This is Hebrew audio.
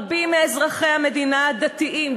רבים מאזרחי המדינה הדתיים,